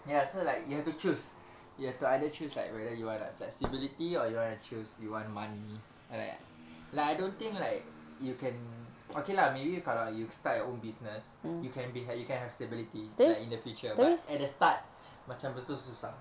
ya so like you have to choose you have to either choose like whether you want like flexibility or you want to choose you want money like like I don't think like you can okay lah maybe you kalau you start your own business you can be have you can have stability like in the future but at the start macam betul susah